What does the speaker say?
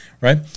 right